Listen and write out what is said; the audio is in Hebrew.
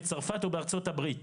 בצרפת או בארצות הברית?